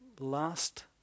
Last